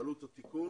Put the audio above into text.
בעלות התיקון